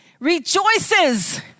rejoices